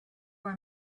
were